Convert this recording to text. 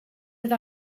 oedd